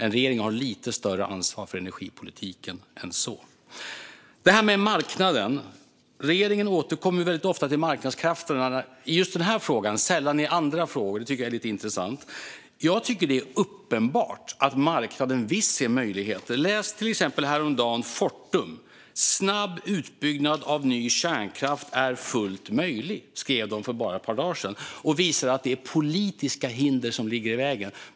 En regering har lite större ansvar för energipolitiken än så. Låt mig gå över till det här med marknaden. Regeringen återkommer väldigt ofta till marknadskrafterna i just denna fråga men sällan i andra frågor. Det tycker jag är lite intressant. Jag tycker att det är uppenbart att marknaden visst ser möjligheter. Häromdagen kunde man till exempel läsa att Fortum menar att snabb utbyggnad av ny kärnkraft är fullt möjlig. Det skrev de för bara ett par dagar sedan. Därmed visar de att det är politiska hinder som ligger i vägen.